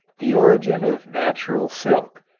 the origin of natural silk,